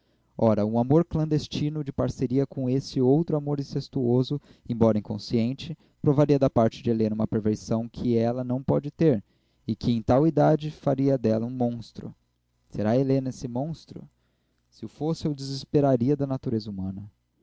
ora um amor clandestino de parceria com esse outro amor incestuoso embora inconsciente provaria da parte de helena uma perversão que ela não pode ter e que em tal idade faria dela um monstro será helena esse monstro se o fosse eu desesperaria da natureza humana